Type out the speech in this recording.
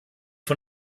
von